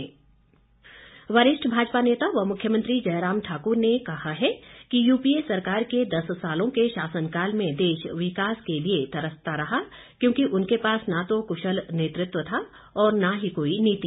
मुख्यमंत्री वरिष्ठ भाजपा नेता व मुख्यमंत्री जयराम ठाक्र ने कहा है कि यूपीए सरकार के दस सालों के शासनकाल में देश विकास के लिए तरसता रहा क्योंकि उनके पास न तो कुशल नेतृतव था और न ही कोई नीति